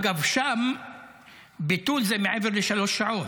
אגב, שם ביטול זה מעבר לשלוש שעות,